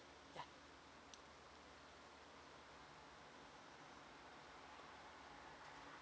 ya